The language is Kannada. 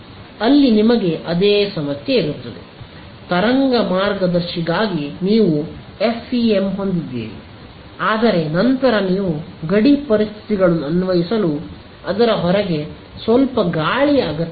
ಅಲ್ಲಿ ನಿಮಗೆ ಅದೇ ಸಮಸ್ಯೆ ಇರುತ್ತದೆ ತರಂಗ ಮಾರ್ಗದರ್ಶಿಗಾಗಿ ನೀವು ಎಫ್ಇಎಂ ಹೊಂದಿದ್ದೀರಿ ಆದರೆ ನಂತರ ನೀವು ಗಡಿ ಪರಿಸ್ಥಿತಿಗಳನ್ನು ಅನ್ವಯಿಸಲು ಅದರ ಹೊರಗೆ ಸ್ವಲ್ಪ ಗಾಳಿಯ ಅಗತ್ಯವಿದೆ